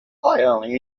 only